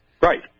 Right